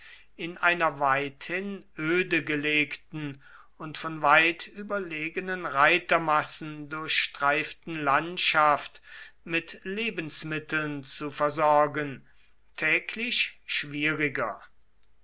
in einer weithin öde gelegten und von weit überlegenen reitermassen durchstreiften landschaft mit lebensmitteln zu versorgen täglich schwieriger